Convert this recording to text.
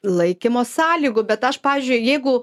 laikymo sąlygų bet aš pavyzdžiui jeigu